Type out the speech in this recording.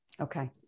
okay